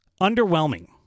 underwhelming